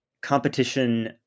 competition